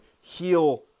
heal